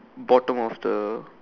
bottom of the